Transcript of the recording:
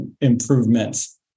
Improvements